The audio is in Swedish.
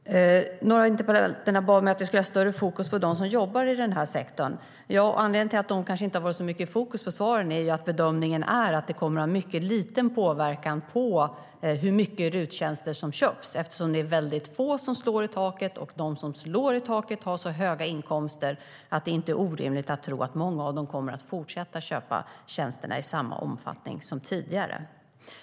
Herr talman! Några av debattörerna bad mig att ha större fokus på dem som jobbar i den här sektorn. Anledningen till att de kanske inte har varit så mycket i fokus i svaren är att bedömningen är att den aktuella förändringen kommer att ha mycket liten påverkan på hur mycket RUT-tjänster som köps; det är väldigt få som slår i taket, och de som slår i taket har så höga inkomster att det inte är orimligt att tro att många av dem kommer att fortsätta köpa tjänsterna i samma omfattning som tidigare.